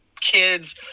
kids